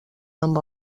amb